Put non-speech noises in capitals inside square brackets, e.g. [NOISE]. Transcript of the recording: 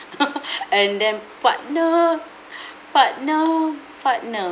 [LAUGHS] [BREATH] and then partner [BREATH] partner partner